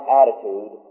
attitude